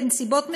בנסיבות מסוימות,